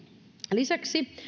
lisäksi